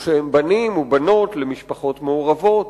או שהם בנים או בנות למשפחות מעורבות.